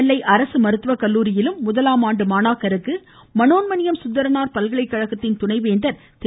நெல்லை அரசு மருத்துவக்கல்லூரியிலும் முதலாம் ஆண்டு மாணாக்கருக்கு மனோன்மணியம் சுந்தரனார் பல்கலைகழக துணைவேந்தர் திரு